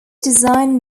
design